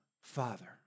Father